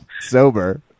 sober